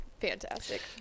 fantastic